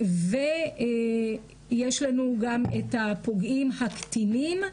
יש לנו גם את הפוגעים הקטינים,